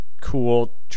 cool